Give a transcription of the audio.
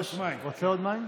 רוצה עוד מים?